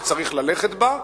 שצריך ללכת בה,